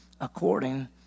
according